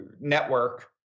network